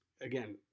again